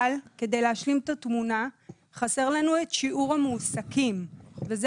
אבל כדי להשלים את התמונה חסר לנו את שיעור המועסקים וזה